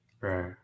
Right